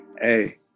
Hey